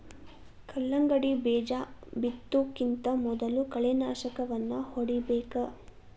ಕಲ್ಲಂಗಡಿ ಬೇಜಾ ಬಿತ್ತುಕಿಂತ ಮೊದಲು ಕಳೆನಾಶಕವನ್ನಾ ಹೊಡಿಬೇಕ